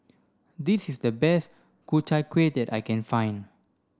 this is the best Ku Chai Kueh that I can find